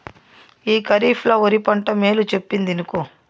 ఈ కరీఫ్ ల ఒరి పంట మేలు చెప్పిందినుకో